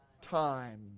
time